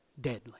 deadly